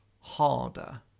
harder